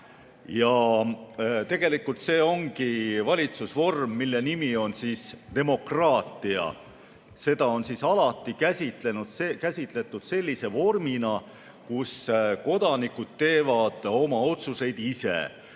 Tegelikult see ongi valitsusvorm, mille nimi on demokraatia. Seda on alati käsitletud sellise vormina, kus kodanikud teevad oma otsuseid ise